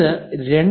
ഇത് 2